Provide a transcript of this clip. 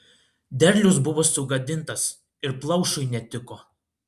derlius buvo sugadintas ir plaušui netiko